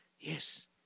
Yes